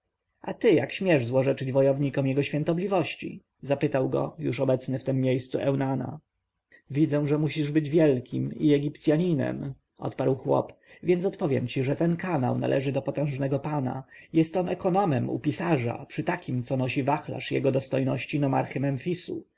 a ty jak śmiesz złorzeczyć wojownikom jego świątobliwości zapytał go już obecny w tem miejscu eunana widzę że musisz być wielkim i egipcjaninem odparł chłop więc odpowiem ci że ten kanał należy do potężnego pana jest on ekonomem u pisarza przy takim co nosi wachlarz jego dostojności nomarchy